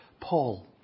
Paul